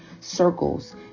circles